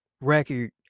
record